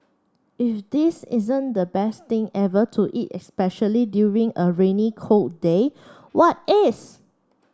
if this isn't the best thing ever to eat especially during a rainy cold day what is